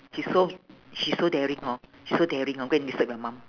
he so she so daring hor she so daring hor go and disturb your mum